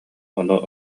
ону